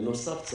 בנוסף לזה,